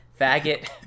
faggot